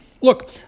Look